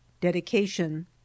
Dedication